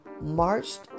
marched